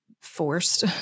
forced